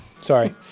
Sorry